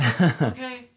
Okay